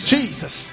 Jesus